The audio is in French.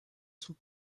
sont